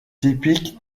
typique